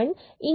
இங்கு இது 0